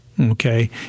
Okay